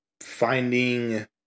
finding